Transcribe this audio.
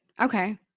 Okay